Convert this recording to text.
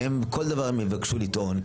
והם כל דבר הם יבקשו לטעון.